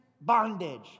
bondage